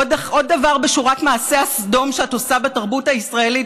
עוד דבר בשורת מעשי הסדום שאת עושה בתרבות הישראלית.